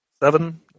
Seven